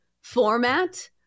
format